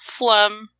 Flum